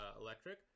electric